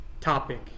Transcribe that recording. topic